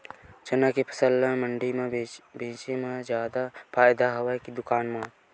चना के फसल ल मंडी म बेचे म जादा फ़ायदा हवय के दुकान म?